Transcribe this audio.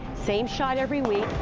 same shot every week,